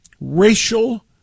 Racial